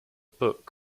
book